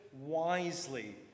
wisely